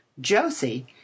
Josie